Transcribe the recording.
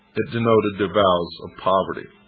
it denoted their vows of poverty.